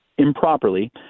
improperly